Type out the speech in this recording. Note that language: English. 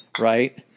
right